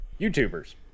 YouTubers